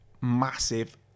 massive